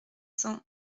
cents